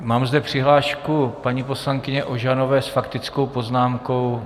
Mám zde přihlášku paní poslankyně Ožanové s faktickou poznámkou.